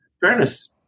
fairness